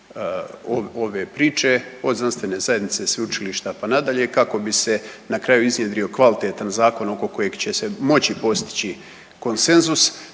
ove priče od znanstvene zajednice, sveučilišta pa nadalje kako bi se na kraju iznjedrio kvalitetan zakon oko kojeg će se moći postići konsenzus